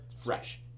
fresh